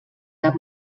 cap